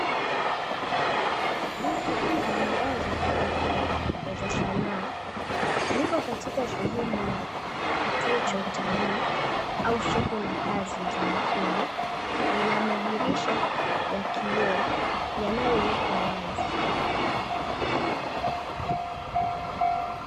Duka la bidhaa za kipekee na za sanaa, liko katika sehemu ya kituoa cha utalii au soko za kazi za mkono. Lina madirisha ya kioo yanayowekwa wazi.